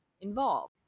involved